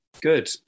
Good